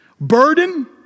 burden